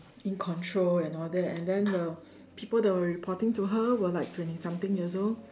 in control and all that and then the people that were reporting to her were like twenty something years old